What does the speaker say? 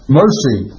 mercy